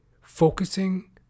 focusing